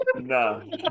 No